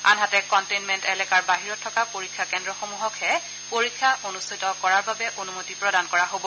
আনহাতে কণ্টেইনমেণ্ট এলেকাৰ বাহিৰত থকা পৰীক্ষা কেন্দ্ৰসমূহকহে পৰীক্ষা অনুষ্ঠিত কৰাৰ অনুমতি প্ৰদান কৰা হ'ব